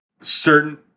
certain